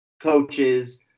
coaches